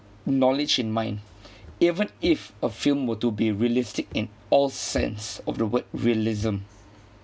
knowledge in mind even if a film were to be realistic in all sense of the word realism